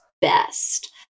best